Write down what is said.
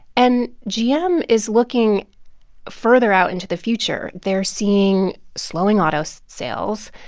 and gm is looking further out into the future. they're seeing slowing auto so sales,